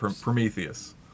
Prometheus